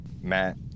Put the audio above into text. Matt